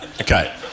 Okay